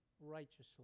righteously